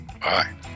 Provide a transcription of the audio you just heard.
bye